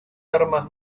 armas